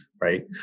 right